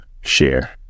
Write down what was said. share